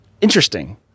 interesting